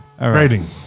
rating